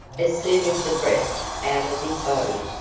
as soon as the breath's out of his body,